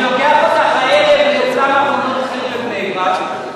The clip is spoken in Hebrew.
אני לוקח אותך הערב לאולם "ארמונות חן" בבני-ברק.